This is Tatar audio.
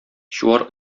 чуар